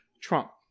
Trump